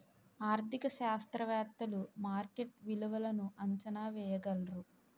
ఆర్థిక శాస్త్రవేత్తలు మార్కెట్ విలువలను అంచనా వేయగలరు